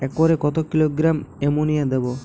একরে কত kilogram ammonia দেবো?